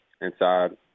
inside